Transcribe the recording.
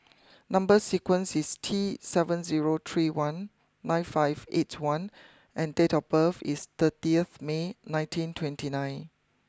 number sequence is T seven zero three one nine five eight one and date of birth is thirtieth May nineteen twenty nine